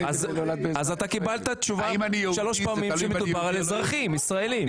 קיבלת תשובה שלוש פעמים שמדובר על אזרחים ישראלים.